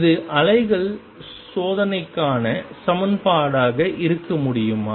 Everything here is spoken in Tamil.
இது அலைகள் சோதனைக்கான சமன்பாடாக இருக்க முடியுமா